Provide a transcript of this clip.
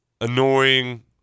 annoying